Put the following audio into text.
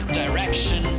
direction